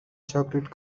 chocolate